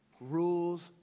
rules